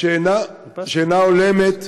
שאינה הולמת